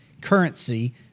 currency